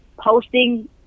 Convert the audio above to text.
posting